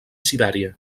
sibèria